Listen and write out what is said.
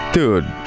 Dude